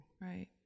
Right